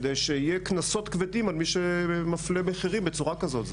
כדי שיהיו קנסות כבדים על מי שמפלה מחירים בצורה כזאת.